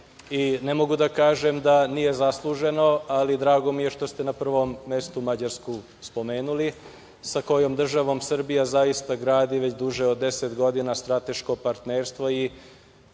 i ne mogu da kaže da nije zasluženo, ali drago mi je što ste na prvom mestu Mađarsku spomenuli sa kojom država Srbija zaista gradi već duže od deset godina strateško partnerstvo.